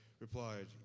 replied